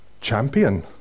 champion